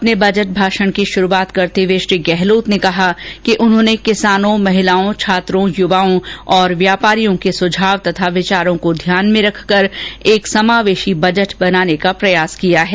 अपने बजट भाषण की शरूआत करते हुए श्री गहलोत ने कहा कि उन्होंने कृषकों महिलाओं छात्रों युवाओं और व्यापारियों के सुझाव और विचारों को ध्यान में रखकर एक समावेषी बजट बनाने का प्रयास किया है